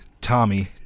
Tommy